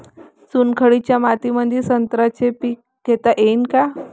चुनखडीच्या मातीमंदी संत्र्याचे पीक घेता येईन का?